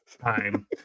time